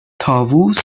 طاووس